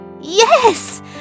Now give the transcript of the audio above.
Yes